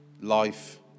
life